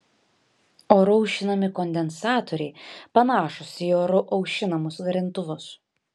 oru aušinami kondensatoriai panašūs į oru aušinamus garintuvus